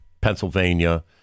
Pennsylvania